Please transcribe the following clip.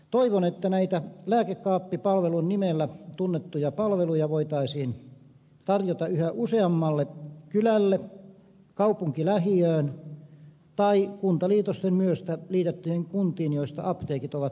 toivon että näitä lääkekaappipalvelun nimellä tunnettuja palveluja voitaisiin tarjota yhä useammalle kylälle kaupunkilähiöön tai kuntaliitosten myötä liitettyihin kuntiin joista apteekit ovat poistuneet